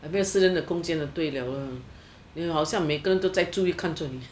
两个诗人的共建的队了好像每个人都在看著你